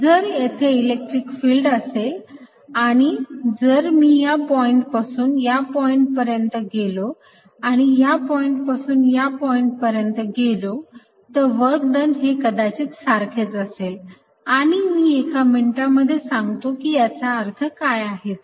जर येथे electric field असेल आणि जर मी या पॉईंट पासून या पॉईंट पर्यंत गेलो आणि या पॉईंट पासून या पॉईंट पर्यंत गेलो तर वर्क डन हे कदाचित सारखेच असेल आणि मी एका मिनिटांमध्ये सांगतो की याचा अर्थ काय आहे ते